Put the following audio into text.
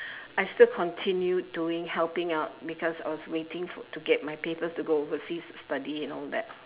I still continued doing helping out because I was waiting for to get my papers to go overseas to study and all that